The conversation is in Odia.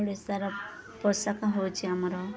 ଓଡ଼ିଶାର ପୋଷାକ ହେଉଛି ଆମର